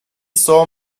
saw